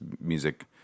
music